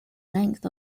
length